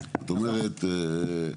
זאת אומרת,